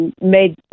made